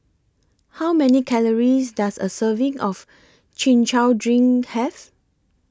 How Many Calories Does A Serving of Chin Chow Drink Have